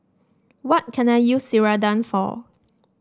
what can I use Ceradan for